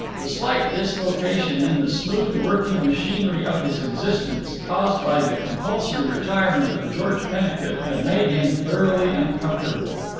the slight dislocation in the smooth-working machinery of his existence, caused by the compulsory retirement of george pennicut, had made him thoroughly uncomfortable.